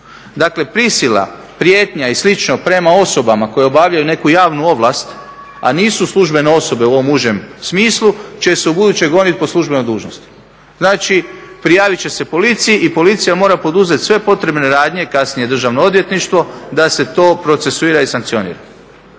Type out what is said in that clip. Dakle, prisila, prijetnja i slično prema osobama koje obavljaju neku javnu ovlast a nisu službeno osobe u ovom užem smislu će se u buduće goniti po službenoj dužnosti. Znači, prijavit će se policiji i policija mora poduzeti sve potrebne radnje, kasnije Državno odvjetništvo da se to procesuira i sankcionira.